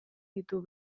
ditu